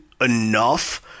enough